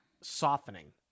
softening